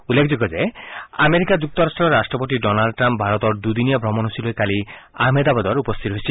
উল্লেখযোগ্য যে আমেৰিকা যুক্তৰাট্ৰৰ ৰাট্ৰপতি ডনাল্ড ট্ৰাম্প ভাৰতৰ দুদিনীয়া ভ্ৰমণসূচী লৈ কালি আহমেদাবাদত উপস্থিত হৈছিল